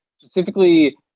specifically